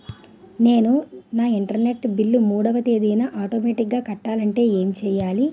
నేను నా internet bill మూడవ తేదీన ఆటోమేటిగ్గా కట్టాలంటే ఏం చేయాలి?